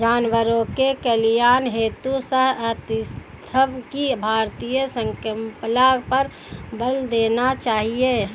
जानवरों के कल्याण हेतु सहअस्तित्व की भारतीय संकल्पना पर बल देना चाहिए